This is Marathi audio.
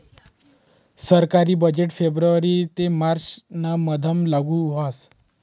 सरकारी बजेट फेब्रुवारी ते मार्च ना मधमा लागू व्हस